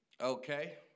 Okay